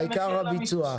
העיקר הביצוע.